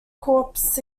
corps